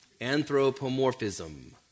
Anthropomorphism